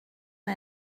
who